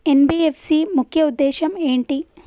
NBFC ముఖ్య ఉద్దేశం ఏంటి?